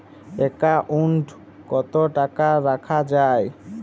Account কত টাকা রাখা যাবে?